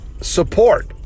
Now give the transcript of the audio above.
support